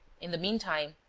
in the meantime,